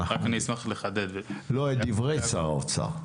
רק אני אשמח לחדד לו את דברי שר האוצר,